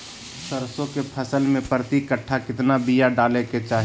सरसों के फसल में प्रति कट्ठा कितना बिया डाले के चाही?